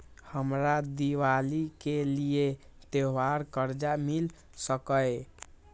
हमरा दिवाली के लिये त्योहार कर्जा मिल सकय?